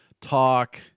Talk